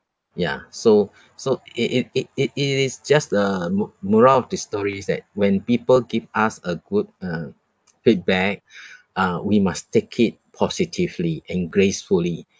ya so so it it it it is just the mo~ moral of this story is that when people give us a good uh feedback uh we must take it positively and gracefully